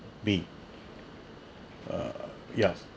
me err yes